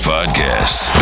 Podcast